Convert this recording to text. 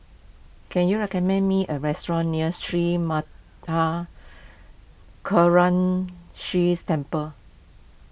can you recommend me a restaurant near Sri Temple